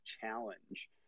challenge